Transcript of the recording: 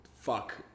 Fuck